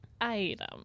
item